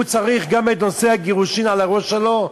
הוא צריך גם את נושא הגירושים על הראש שלו,